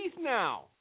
now